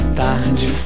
tarde